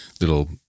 little